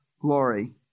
glory